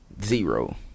Zero